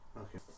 Okay